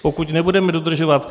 Pokud nebudeme dodržovat